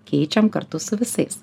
keičiam kartu su visais